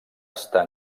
estar